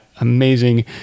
amazing